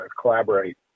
collaborate